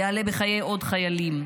יעלה בחיי עוד חיילים.